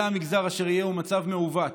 יהיה המגזר אשר יהיה, הוא מצב מעוות,